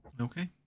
Okay